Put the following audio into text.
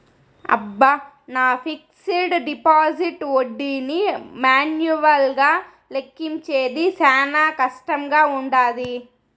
అబ్బ, నా fixed deposit ఒడ్డీని మాన్యువల్గా లెక్కించేది శానా కష్టంగా వుండాది